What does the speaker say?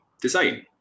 design